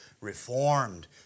reformed